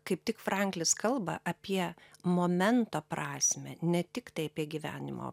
kaip tik franklis kalba apie momento prasmę ne tiktai apie gyvenimo